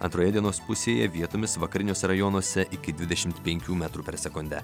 antroje dienos pusėje vietomis vakariniuose rajonuose iki dvidešimt penkių metrų per sekundę